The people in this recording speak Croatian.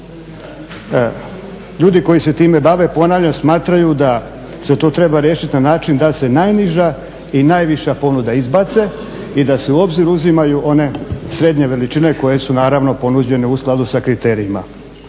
Ljudi koji se time bave ponavljam smatraju da se to treba riješiti na način da se najviša i najniža ponuda izbace i da se u obzir uzimaju one srednje veličine koje su ponuđene u skladu sa kriterijima